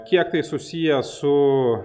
kiek tai susiję su